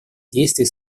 действий